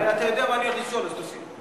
אתה יודע מה אני הולך לשאול, אז תוסיף.